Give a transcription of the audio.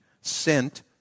sent